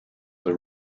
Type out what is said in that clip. are